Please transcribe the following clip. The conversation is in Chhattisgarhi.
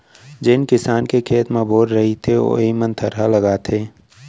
जेन किसान के खेत म बोर रहिथे वोइ मन थरहा लगाथें